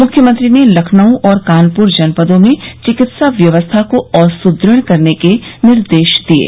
मुख्यमंत्री ने लखनऊ और कानपुर जनपदों में चिकित्सा व्यवस्था को और सुदृढ़ करने के निर्देश दिये